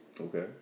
Okay